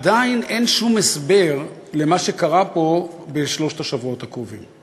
עדיין אין שום הסבר למה שקרה פה בשלושת השבועות האחרונים.